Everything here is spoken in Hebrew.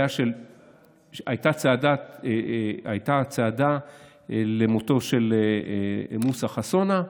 הייתה צעדה בשל מותו של מוסא חסונה,